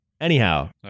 Anyhow